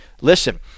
Listen